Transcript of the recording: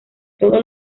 todos